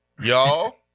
Y'all